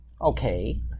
Okay